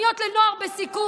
זה לא בוטל,